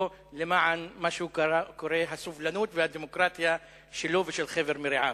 למען מה שהוא קורא הסובלנות והדמוקרטיה שלו ושל חבר מרעיו.